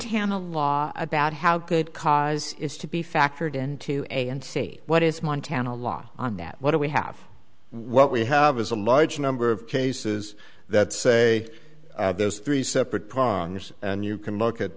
a law about how good cause is to be factored into a and see what is montana law on that what do we have what we have is a large number of cases that say those three separate ponders and you can look at